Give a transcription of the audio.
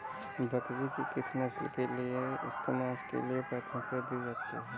बकरी की किस नस्ल को इसके मांस के लिए प्राथमिकता दी जाती है?